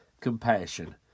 compassion